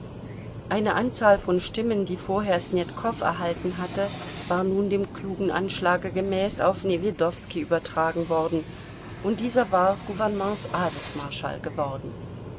eine anzahl von stimmen die vorher snetkow erhalten hatte war nun dem klugen anschlage gemäß auf newjedowski übertragen worden und dieser war gouvernements adelsmarschall geworden